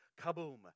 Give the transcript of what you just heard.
kaboom